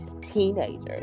teenagers